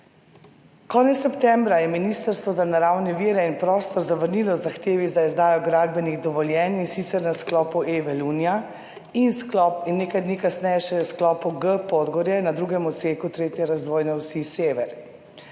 Konec septembra je Ministrstvo za naravne vire in prostor zavrnilo zahtevi za izdajo gradbenih dovoljenj, in sicer na sklopu E – Velunja in nekaj dni kasneje še sklopu G – Podgorje na drugem odseku 3. razvojne osi sever.